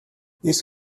this